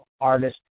artist